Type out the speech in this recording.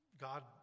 God